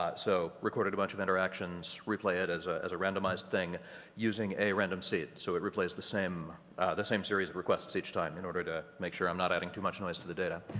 so recorded a bunch of interactions, replay it as ah as a randomized thing, using a random seed, so it replays the same the same series of requests each time in order to make sure i'm not adding too much noise to the data.